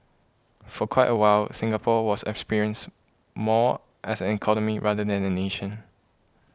for quite a while Singapore was experienced more as an economy rather than a nation